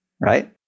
right